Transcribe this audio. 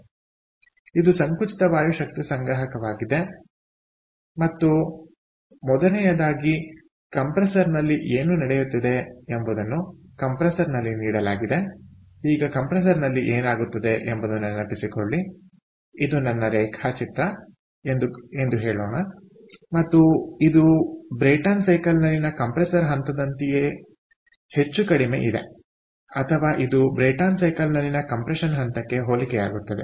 ಆದ್ದರಿಂದ ಇದು ಸಂಕುಚಿತ ವಾಯು ಶಕ್ತಿ ಸಂಗ್ರಹವಾಗಿದೆ ಮತ್ತು ಮೊದಲನೆಯದಾಗಿ ಕಂಪ್ರೆಸರ್ನಲ್ಲಿ ಏನು ನಡೆಯುತ್ತಿದೆ ಎಂಬುದನ್ನು ಕಂಪ್ರೆಸರ್ನಲ್ಲಿ ನೀಡಲಾಗಿದೆ ಈಗ ಕಂಪ್ರೆಸರ್ನಲ್ಲಿ ಏನಾಗುತ್ತದೆ ಎಂಬುದನ್ನು ನೆನಪಿಸಿಕೊಳ್ಳಿ ಇದು ನನ್ನ ರೇಖಾಚಿತ್ರ ಎಂದು ಹೇಳೋಣ ಮತ್ತು ಇದು ಬ್ರೈಟನ್ ಸೈಕಲ್ನಲ್ಲಿನ ಕಂಪ್ರೆಸರ್ ಹಂತದಂತೆಯೇ ಹೆಚ್ಚು ಕಡಿಮೆ ಇದೆ ಅಥವಾ ಇದು ಬ್ರೈಟನ್ ಸೈಕಲ್ನಲ್ಲಿನ ಕಂಪ್ರೆಶನ್ ಹಂತಕ್ಕೆ ಹೋಲಿಕೆಯಾಗುತ್ತದೆ